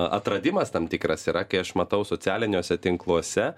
atradimas tam tikras yra kai aš matau socialiniuose tinkluose